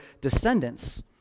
descendants